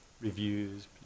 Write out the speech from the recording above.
reviews